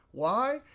why?